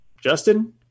Justin